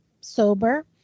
sober